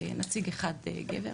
ונציג אחד גבר.